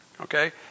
Okay